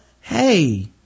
hey